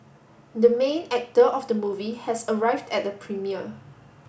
the main actor of the movie has arrived at the premiere